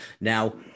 Now